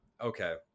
okay